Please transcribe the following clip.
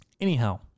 anyhow